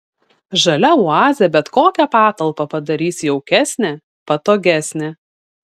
žalia oazė bet kokią patalpą padarys jaukesnę patogesnę